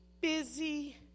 busy